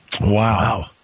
Wow